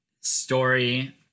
story